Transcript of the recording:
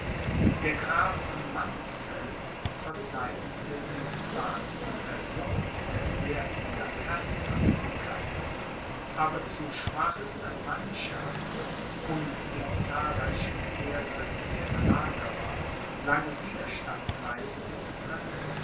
der graf von mannsfeld vertheidigte sie zwar in person mit sehr vieler herzhaftigkeit aber zu schwach an mannschaft um dem zahlreichen heere der belagerer lange widerstand leisten zu können